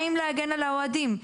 באים להגן על האוהדים.